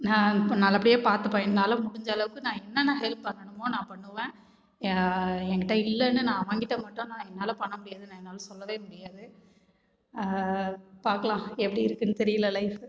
நான் இப்போ நல்லபடியாக பார்த்துப்ப என்னால் முடிந்த அளவுக்கு நான் என்னென்ன ஹெல்ப் பண்ணனுமோ நான் பண்ணுவேன் என்கிட்ட இல்லைனு நான் அவன்கிட்ட மட்டும் நான் என்னால் பண்ண முடியாதுனு என்னால் சொல்லவே முடியாது பார்க்லாம் எப்படி இருக்குதுனு தெரியல லைஃப்